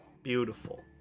Beautiful